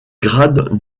grades